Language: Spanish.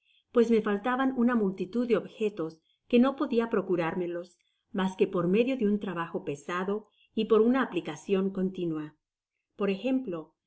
pues me faltaban una multitud de objetos que no podia procurármelos mas que por medio de un trabajo pesado y por una aplicacion continua por ejemplo